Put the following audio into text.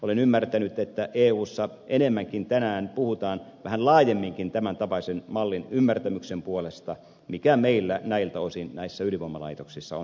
olen ymmärtänyt että eussa enemmänkin tänään puhutaan vähän laajemminkin tämäntapaisen mallin ymmärtämyksen puolesta mikä meillä näiltä osin näissä ydinvoimalaitoksissa on